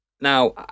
Now